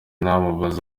namubaza